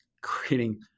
creating